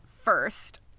first